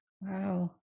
Wow